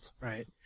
right